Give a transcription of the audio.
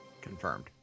confirmed